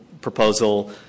proposal